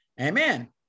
Amen